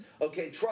Okay